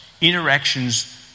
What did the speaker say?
interactions